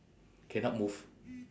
cannot move